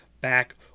back